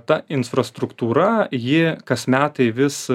ta infrastruktūra ji kas metai vis